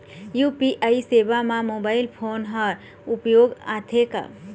UPI सेवा म mobile phone हर उपयोग आथे का?